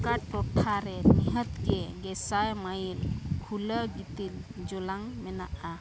ᱚᱠᱟ ᱴᱚᱴᱷᱟᱨᱮ ᱱᱤᱦᱟᱹᱛᱜᱮ ᱜᱮᱥᱟᱭ ᱢᱟᱭᱤᱞ ᱠᱷᱩᱞᱟᱹ ᱜᱤᱛᱤᱞ ᱡᱚᱞᱟᱝ ᱢᱮᱱᱟᱜᱼᱟ